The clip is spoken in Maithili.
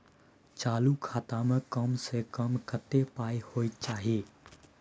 चालू खाता में कम से कम कत्ते पाई होय चाही?